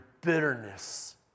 bitterness